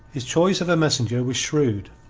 his choice of a messenger was shrewd.